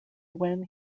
when